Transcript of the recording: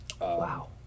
Wow